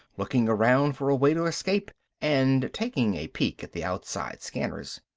looking around for a way to escape and taking a peek at the outside scanners.